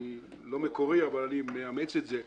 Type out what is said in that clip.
אני לא מקורי, אבל אני מאמץ את זה.